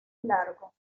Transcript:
largo